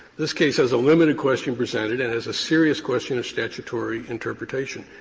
this case has a limited question presented and has a serious question of statutory interpretation.